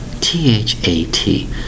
t-h-a-t